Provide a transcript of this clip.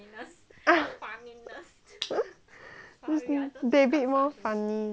david more funny than you